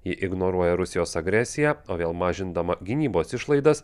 ji ignoruoja rusijos agresiją o vėl mažindama gynybos išlaidas